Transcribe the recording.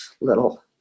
little